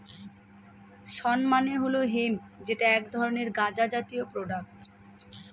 শণ মানে হল হেম্প যেটা এক ধরনের গাঁজা জাতীয় প্রোডাক্ট